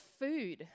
food